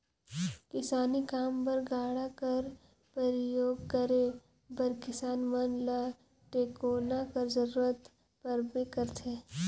किसानी काम बर गाड़ा कर परियोग करे बर किसान मन ल टेकोना कर जरूरत परबे करथे